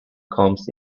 comes